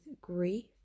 grief